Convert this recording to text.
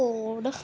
code